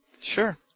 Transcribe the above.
Sure